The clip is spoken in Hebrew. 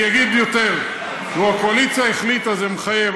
אני אגיד יותר: הקואליציה החליטה, זה מחייב.